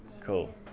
Cool